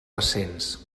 recents